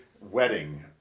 wedding